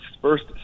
first